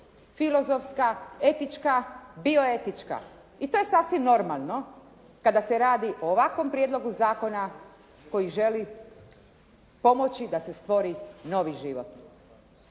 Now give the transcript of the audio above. filozofska, etička, bioetička. I to je sasvim normalno kada se radi o ovakvom prijedlogu zakona koji želi pomoći da se stvori novi život.